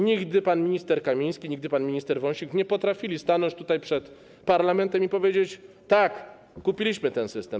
Nigdy pan minister Kamiński, nigdy pan minister Wąsik nie potrafili stanąć przed parlamentem i powiedzieć: tak, kupiliśmy ten system.